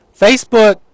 Facebook